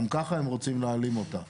גם ככה הם רוצים להעלים אותה.